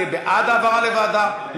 יהיה בעד העברה לוועדה,